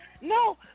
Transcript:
No